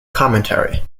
commentary